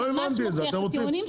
זה ממש מוכיח את הטיעונים שלנו.